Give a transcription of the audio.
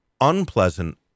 unpleasant